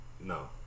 No